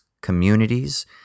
communities